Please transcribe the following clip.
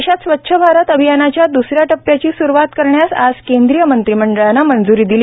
देशात स्वच्छ भारत अभियानाच्या दुसंंंया टप्प्याची सुरूवांत करण्यास आज केंद्रीय मंत्रिमंडळानं मंज्री दिली